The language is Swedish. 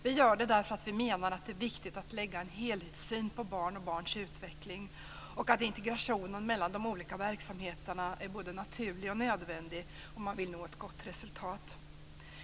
Vi gör det därför att vi menar att det är viktigt att lägga en helhetssyn på barn och barns utveckling och att integrationen mellan de olika verksamheterna är både naturlig och nödvändig om man vill nå ett gott resultat.